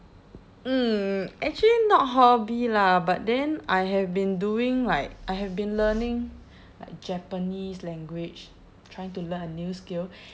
mm actually not hobby lah but then I have been doing like I have been learning like japanese language trying to learn a new skill